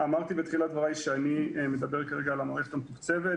אמרתי בתחילת דבריי שאני מדבר כרגע על המערכת המתוקצבת.